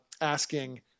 asking